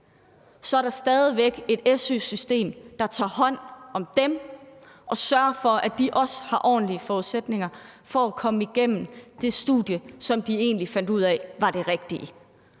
så er der stadig væk et su-system, der tager hånd om dem og sørger for, at de også har ordentlige forudsætninger for at komme igennem det studie, som de fandt ud af egentlig var det rigtige,